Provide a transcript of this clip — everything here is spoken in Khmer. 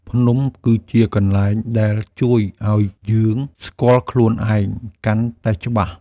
ភ្នំគឺជាកន្លែងដែលជួយឱ្យយើងស្គាល់ខ្លួនឯងកាន់តែច្បាស់។